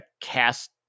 cast